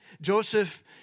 Joseph